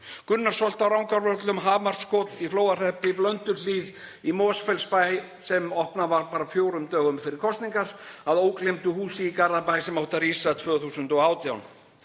Gunnarsholt á Rangárvöllum, Hamarskot í Flóahreppi, Blönduhlíð í Mosfellsbæ, sem opnuð var bara fjórum dögum fyrir kosningar, að ógleymdu húsi í Garðabæ sem átti að rísa 2018.